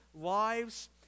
lives